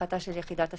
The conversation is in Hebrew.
בהחלטה של יחידת הסיוע,